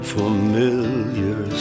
familiar